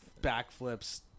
Backflips